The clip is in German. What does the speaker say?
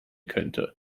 könnte